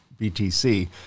BTC